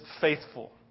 faithful